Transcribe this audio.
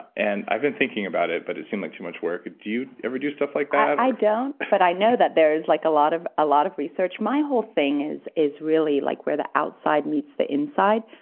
and i've been thinking about it, but it seemed like too much work. do you ever do stuff like that? i don't, but i know that there is like a lot of lot of research. my whole thing is is really like where the outside meets the inside,